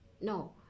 No